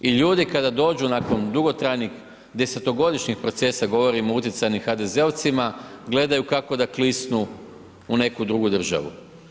I ljudi kada dođu nakon dugotrajnih desetogodišnjih procesa govorim o utjecajnim HDZ-ovcima gledaju kako da klisnu u neku drugu državu.